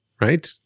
right